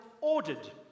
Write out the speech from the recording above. ordered